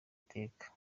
iteka